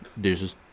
Deuces